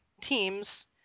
teams